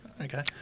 Okay